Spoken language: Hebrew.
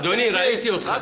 אדוני, ראיתי אותך.